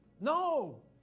No